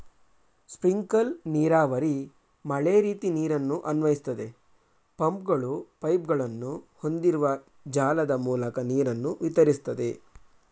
sprinkler ನೀರಾವರಿ ಮಳೆರೀತಿ ನೀರನ್ನು ಅನ್ವಯಿಸ್ತದೆ ಪಂಪ್ಗಳು ಪೈಪ್ಗಳನ್ನು ಹೊಂದಿರುವ ಜಾಲದ ಮೂಲಕ ನೀರನ್ನು ವಿತರಿಸ್ತದೆ